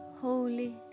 Holy